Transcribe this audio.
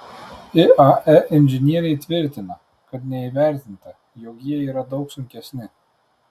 iae inžinieriai tvirtina kad neįvertinta jog jie yra daug sunkesni